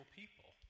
people